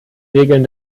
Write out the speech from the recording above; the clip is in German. regeln